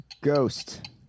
Ghost